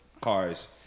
cars